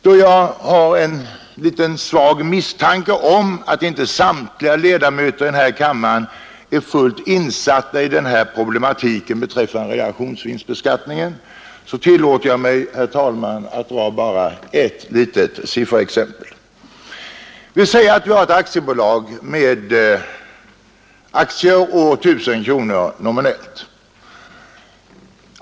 Då jag har en liten svag misstanke om att inte samtliga ledamöter i den här kammaren är fullt insatta i problematiken beträffande realisationsvinstbeskattningen tillåter jag mig, herr talman, att dra bara ett litet sifferexempel. Vi säger att vi har ett aktiebolag med aktier på 1 000 kronor nominellt.